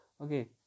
Okay